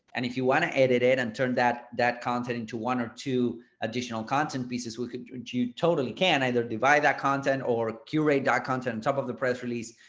and if you want to edit it and turn that that content into one or two additional content pieces, we could and you totally can either divide that content or curate and content on top of the press release.